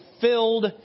filled